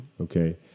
okay